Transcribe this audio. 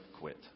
quit